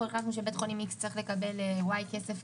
אנחנו החלטנו שבית חולים איקס צריך לקבל סכום מסוים של כסף,